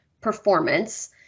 performance